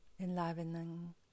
enlivening